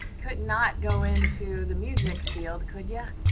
could not go into the music field, could yeah